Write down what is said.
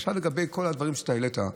עכשיו לגבי כל הדברים שאתה העלית.